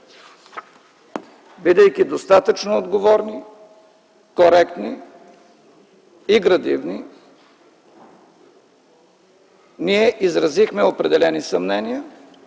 Бидейки достатъчно отговорни, коректни и градивни, ние изразихме определени съмнения